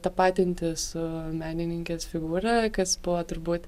tapatinti su menininkės figūra kas buvo turbūt